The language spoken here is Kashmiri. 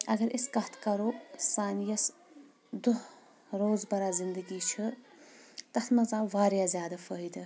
اگر أسۍ کتھ کرو سانہِ یۄس دۄہ روزبرا زندگی چھِ تتھ منٛز آو واریاہ زیادٕ فٲیدٕ